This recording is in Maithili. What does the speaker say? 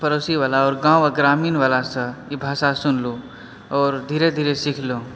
पड़ोसीवला आओर गाँव ग्रामीणवलासँ ई भाषा सुनलहुँ आओर धीरे धीरे सिखलहुँ